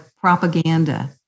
propaganda